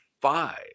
five